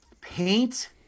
paint